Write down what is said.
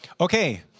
Okay